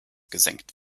gesenkt